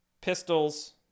pistols